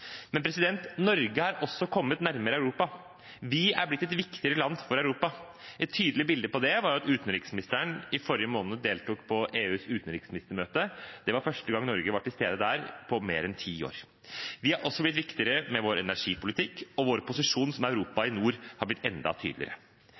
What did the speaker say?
Men Norge er også kommet nærmere Europa. Vi er blitt et viktigere land for Europa. Et tydelig bilde på det var at utenriksministeren i forrige måned deltok på EUs utenriksministermøte. Det var første gang Norge var til stede der på mer enn ti år. Vi har også blitt viktigere med vår energipolitikk, og vår posisjon som Europa